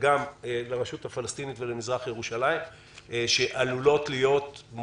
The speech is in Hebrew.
וגם סוגיות שנוגעות למזרח ירושלים ולרשות הפלסטינית.